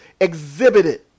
exhibited